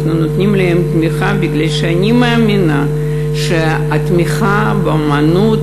אנחנו נותנים להם תמיכה מפני שאני מאמינה שהתמיכה באמנות